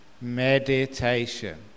meditation